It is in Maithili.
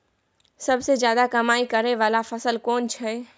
सबसे ज्यादा कमाई करै वाला फसल कोन छै?